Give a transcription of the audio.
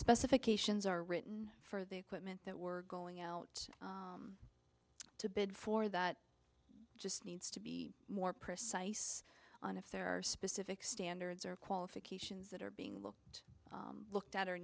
specifications are written for the equipment that we're going out to bid for that just needs to be more precise on if there are specific standards or qualifications that are being looked looked at